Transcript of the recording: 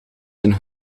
een